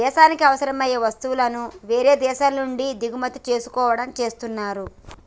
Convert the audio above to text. దేశానికి అవసరమైన వస్తువులను వేరే దేశాల నుంచి దిగుమతి చేసుకోవడం చేస్తున్నరు